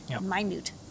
Minute